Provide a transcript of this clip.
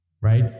right